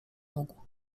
mógł